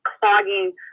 clogging